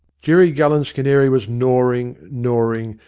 jerry gullen's canary was gnawing, gnawing,